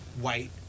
white